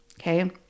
Okay